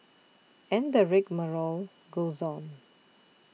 and the rigmarole goes on